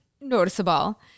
noticeable